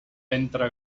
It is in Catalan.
ventre